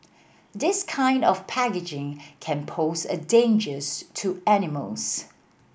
this kind of packaging can pose a dangers to animals